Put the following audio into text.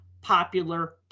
popular